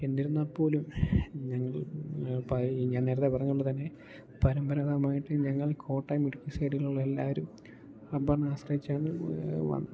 എന്നിരുന്നാൽപ്പോലും ഞങ്ങൾ ഞാൻ നേരത്തെ പറഞ്ഞതുപോലെ തന്നെ പരമ്പരാഗതമായിട്ട് ഞങ്ങൾ കോട്ടയം മെഡിക്കൽ സൈഡിലുള്ള എല്ലാവരും റബ്ബറിനെ ആശ്രയിച്ചാണ്